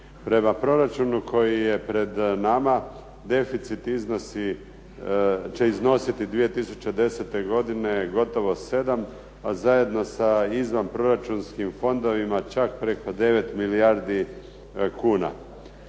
Prema proračunu koji je pred nama deficit iznosi, će iznositi 2010. godine gotovo 7, a zajedno sa izvanproračunskim fondovima čak preko 9 milijardi kuna.